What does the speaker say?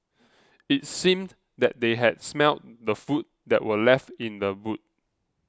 it seemed that they had smelt the food that were left in the boot